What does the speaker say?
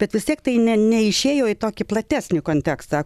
bet vis tiek tai ne neišėjo į tokį platesnį kontekstą